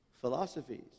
Philosophies